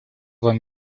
вам